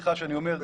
סליחה שאני אומר,